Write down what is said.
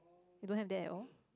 you don't have that at all